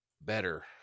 better